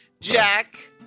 Jack